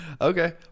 Okay